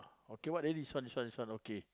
okay what there this one this one this one okay